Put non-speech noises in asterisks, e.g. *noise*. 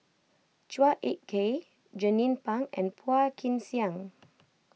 Chua Ek Kay Jernnine Pang and Phua Kin Siang *noise*